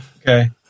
okay